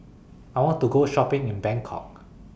I want to Go Shopping in Bangkok